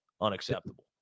Unacceptable